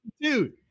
dude